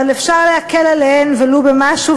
אבל אפשר להקל עליהן ולו במשהו,